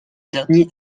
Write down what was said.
dernier